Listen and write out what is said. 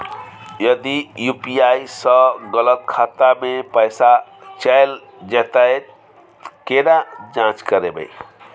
यदि यु.पी.आई स गलत खाता मे पैसा चैल जेतै त केना जाँच करबे?